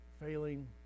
Failing